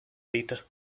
lite